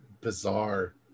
bizarre